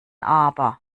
aber